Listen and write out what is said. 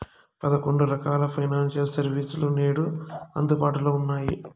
పదకొండు రకాల financial service లు నేడు అందుబాటులో ఉన్నాయి